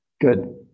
Good